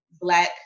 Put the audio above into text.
black